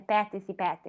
petis į petį